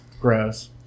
Gross